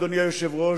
אדוני היושב-ראש,